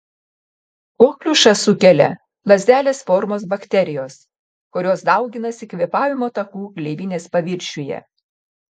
kokliušą sukelia lazdelės formos bakterijos kurios dauginasi kvėpavimo takų gleivinės paviršiuje